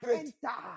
enter